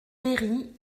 péri